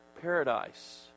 Paradise